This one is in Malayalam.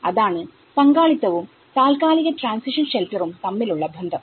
അതാണ് പങ്കാളിത്തവും തല്ക്കാലിക ട്രാൻസിഷൻ ഷെൽട്ടറും തമ്മിലുള്ള ബന്ധം